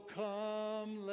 come